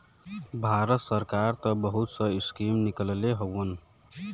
भारत सरकार त बहुत सा स्कीम निकलले हउवन